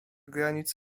granic